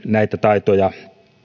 näitä taitoja